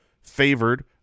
favored